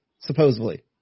supposedly